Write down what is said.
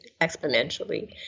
exponentially